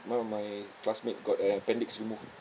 one of my classmate got uh appendix removed